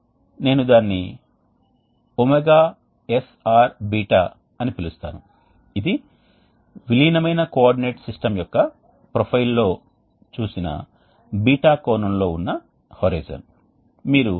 కాబట్టి అందుకే దీనిని రన్రౌండ్ కాయిల్ అని పిలుస్తారు మరియు ద్రవం యొక్క ప్రసరణ కోసం సహజంగానే మనకు ఇక్కడ పంపు అవసరం ఉంది మరియు ఒక విధమైన ద్రవ మాధ్యమం ద్వారా ఉష్ణ బదిలీ జరుగుతుంది